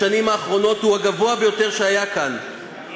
בשנים האחרונות הוא הגבוה ביותר שהיה כאן,